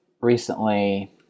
recently